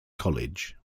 college